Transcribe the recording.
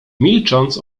milcząc